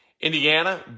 Indiana